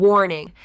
Warning